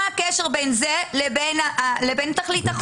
מה הקשר בין זה לבין תכלית החוק?